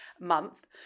month